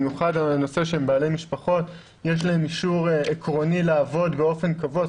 במיוחד בכך שהם בעלי משפחות ויש להם אישור עקרוני לעבוד באופן קבוע.